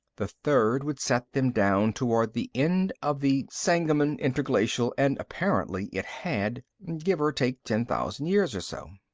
the third would set them down toward the end of the sangamon interglacial and apparently it had give or take ten thousand years or so.